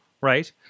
right